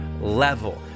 level